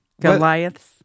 Goliaths